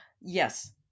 Yes